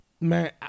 man